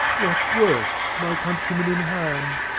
what work's, my countrymen, in hand?